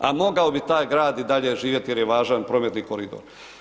A mogao bi taj grad i dalje živjeti jer je važan prometni koridor.